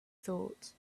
thought